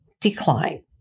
decline